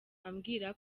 ambwira